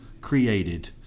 created